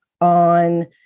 on